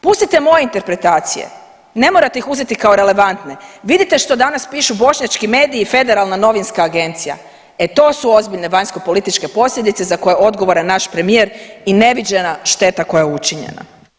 Pustite moje interpretacije, ne morate ih uzeti kao relevantne, vidite što danas pišu bošnjačku mediji i Federalna novinska agencija, e to su ozbiljne vanjskopolitičke posljedice za koje je odgovoran naš premijer i neviđena šteta koja je učinjena.